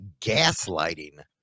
gaslighting